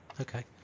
okay